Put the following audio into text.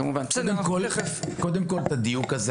חברים, אני